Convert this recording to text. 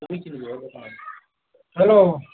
hello